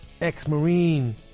ex-marine